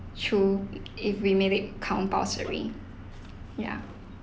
through if we made it compulsory ya